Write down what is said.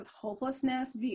hopelessness